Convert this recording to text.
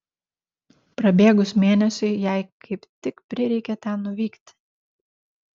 prabėgus mėnesiui jai kaip tik prireikė ten nuvykti